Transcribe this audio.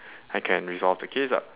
I can resolve the case lah